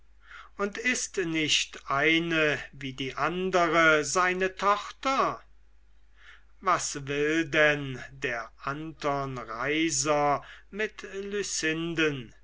und ist nicht eine wie die andere seine tochter was will denn der anton reiser mit